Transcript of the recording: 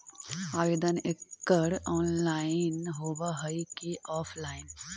आवेदन एकड़ ऑनलाइन होव हइ की ऑफलाइन?